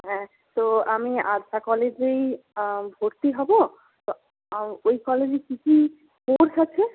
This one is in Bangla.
হ্যাঁ তো আমি আদ্রা কলেজেই ভর্তি হবো তো ওই কলেজে কি কি কোর্স আছে